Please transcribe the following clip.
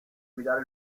guidare